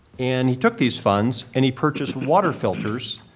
and he took these funds and he purchased water filters